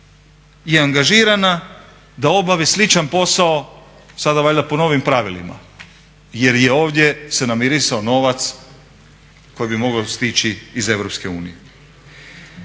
je angažirana da obavi sličan posao sada valjda po novim pravilima jer je ovdje se namirisao novac koji bi mogao stići iz